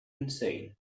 insane